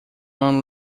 one